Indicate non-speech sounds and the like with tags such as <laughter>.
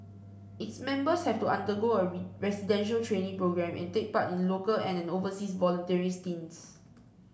its members have to undergo a <unintelligible> residential training programme and take part in local and an overseas volunteering stints